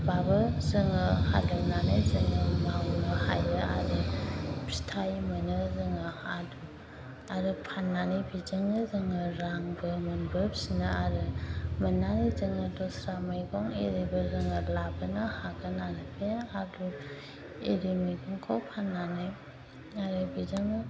बाबो जोङो हालेवनानै जोङो मावनो हायो आरो फिथाइ मोनो जोङो आलु आरो फाननानै बिदिनो जोङो रांबो मोनबोफिनो आरो मोननानै जोङो दस्रा मैगं आरिबो जोङो लाबोनो हागोन आरो बे आलु आरि मैगंखौ फाननानै आरो बेजोंनो